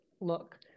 look